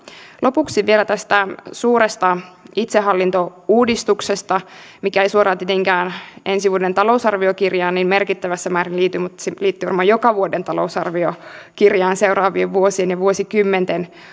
lopuksi vielä tästä suuresta itsehallintouudistuksesta mikä ei suoraan tietenkään ensi vuoden talousarviokirjaan niin merkittävässä määrin liity mutta se liittyy varmaan joka vuoden talousarviokirjaan seuraavien vuosien ja vuosikymmenten